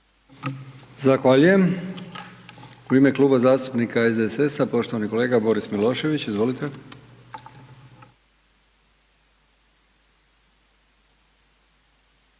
Zahvaljujem. U ime Kluba zastupnika SDSS-a poštovani kolega Boris Milošević. Izvolite.